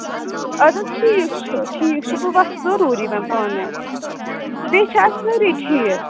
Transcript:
اَدٕ حظ ٹھیٖک چھُ ٹھیٖک چھُ بہٕ وَسہٕ ضٔروٗری وۄنۍ پانَے بیٚیہِ چھِ اَتہِ سٲری ٹھیٖک